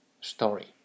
story